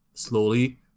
slowly